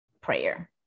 prayer